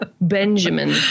Benjamin